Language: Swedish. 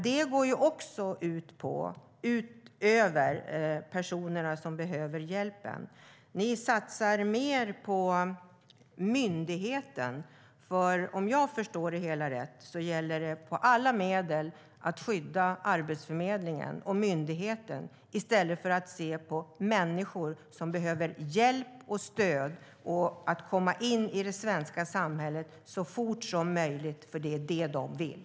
Det går dock även ut över de personer som behöver hjälpen. Regeringen satsar mer på myndigheten. Om jag förstår det hela rätt gäller det nämligen att med alla medel skydda Arbetsförmedlingen och myndigheten i stället för att se till att människor får hjälp och stöd att komma in i det svenska samhället så fort som möjligt. Det är nämligen det de vill.